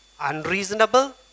unreasonable